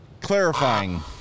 Clarifying